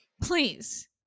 Please